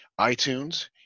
iTunes